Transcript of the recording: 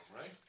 right